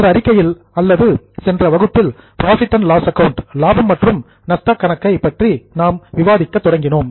சென்ற அறிக்கையில் அல்லது சென்ற வகுப்பில் புரோஃபிட் அண்ட் லாஸ் ஆக்கவுண்ட் லாபம் மற்றும் நஷ்டம் கணக்கை பற்றி நாம் விவாதிக்க தொடங்கினோம்